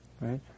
right